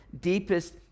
deepest